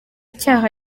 cyaha